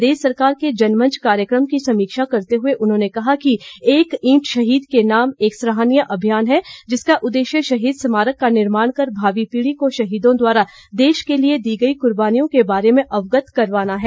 प्रदेश सरकार के जनमंच कार्यक्रम की समीक्षा करते हुए उन्होंने कहा कि एक ईंट शहीद के नाम एक सराहनीय अभियान है जिसका उद्देश्य शहीद स्मारक का निर्माण कर भावी पीढ़ी को शहीदों द्वारा देश के लिए दी गई कुर्बानियों के बारे अवगत करवाना है